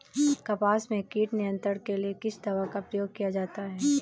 कपास में कीट नियंत्रण के लिए किस दवा का प्रयोग किया जाता है?